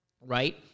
right